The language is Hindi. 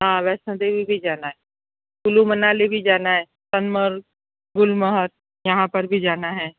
हाँ वैष्णो देवी भी जाना है कूल्लू मनाली भी जाना है सोनमार्ग गुलमोहर यहाँ पर भी जाना है